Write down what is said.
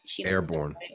Airborne